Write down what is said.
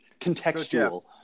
contextual